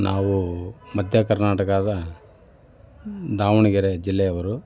ನಾವು ಮಧ್ಯ ಕರ್ನಾಟಕದ ದಾವಣಗೆರೆ ಜಿಲ್ಲೆಯವರು